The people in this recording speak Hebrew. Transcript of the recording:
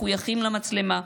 מחויכים למצלמה.